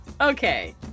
okay